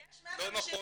יש 150 רופאים,